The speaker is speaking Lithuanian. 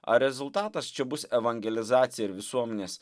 ar rezultatas čia bus evangelizacija ir visuomenės